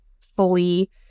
fully